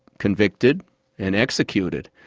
convicted and executed.